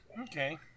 Okay